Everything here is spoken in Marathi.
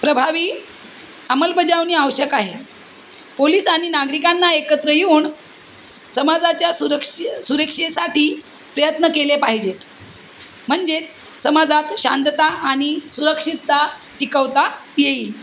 प्रभावी अंमलबजावणी आवश्यक आहे पोलीस आणि नागरिकांना एकत्र येऊन समाजाच्या सुरक्षे सुरक्षेसाठी प्रयत्न केले पाहिजेत म्हणजेच समाजात शांतता आणि सुरक्षितता टिकवता येईल